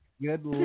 Good